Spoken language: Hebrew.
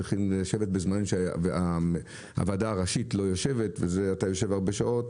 צריכים לשבת בזמנים שהוועדה הראשית לא יושבת ואתה יושב הרבה שעות.